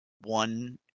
one